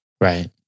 Right